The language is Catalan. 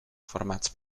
formats